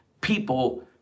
People